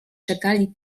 czekali